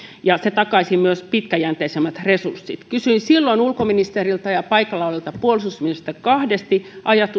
se takaisi myös pitkäjänteisemmät resurssit kysyin silloin ulkoministeriltä ja paikalla olleelta puolustusministeriltä kahdesti